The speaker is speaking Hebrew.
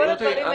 גברתי,